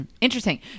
Interesting